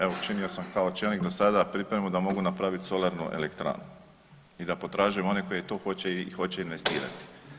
Evo učinio sam kao čelnik do sada pripremu da mogu napravit solarnu elektranu i da potražujem one koji to hoće i hoće investirati.